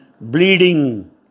bleeding